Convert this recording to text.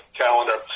calendar